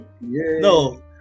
no